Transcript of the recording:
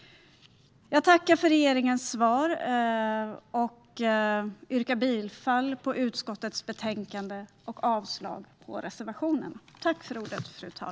Jag tackar för regeringens svar och yrkar bifall till utskottets förslag.